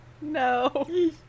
No